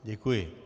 Děkuji.